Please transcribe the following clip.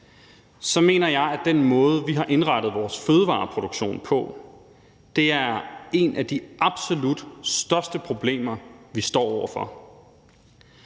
så mener jeg, at den måde, vi har indrettet vores fødevareproduktion på, er et af de absolut største problemer, vi står over for.